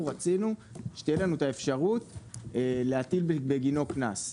מבקשים שתהיה לנו אפשרות להטיל בגינו קנס.